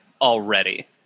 already